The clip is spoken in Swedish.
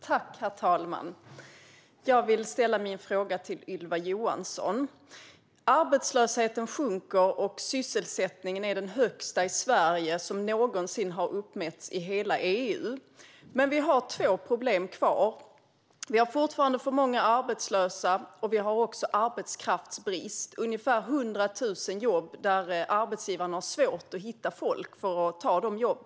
Herr talman! Jag vill ställa min fråga till Ylva Johansson. Arbetslösheten sjunker och sysselsättningen i Sverige är den högsta som någonsin har uppmätts i hela EU. Men vi har två problem kvar. Vi har fortfarande för många arbetslösa, och vi har också arbetskraftsbrist. Det är ungefär 100 000 jobb som arbetsgivarna har svårt att hitta folk till.